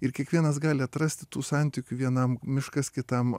ir kiekvienas gali atrasti tų santykių vienam miškas kitam